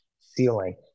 ceiling